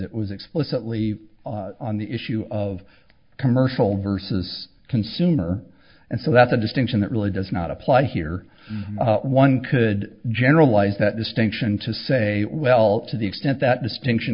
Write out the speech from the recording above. it was explicitly on the issue of commercial versus consumer and so that's a distinction that really does not apply here one could generalize that distinction to say well to the extent that distinction